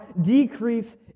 decrease